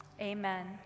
amen